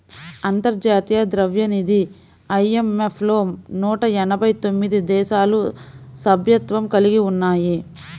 అంతర్జాతీయ ద్రవ్యనిధి ఐ.ఎం.ఎఫ్ లో నూట ఎనభై తొమ్మిది దేశాలు సభ్యత్వం కలిగి ఉన్నాయి